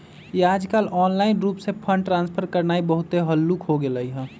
याजकाल ऑनलाइन रूप से फंड ट्रांसफर करनाइ बहुते हल्लुक् हो गेलइ ह